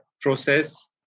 process